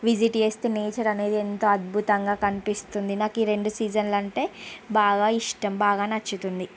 visit వేస్తే nature అనేది ఎంత అద్భుతంగా కనిపిస్తుంది నాకు ఈ రెండు సీజన్లు అంటే బాగా ఇష్టం బాగా నచ్చుతుంది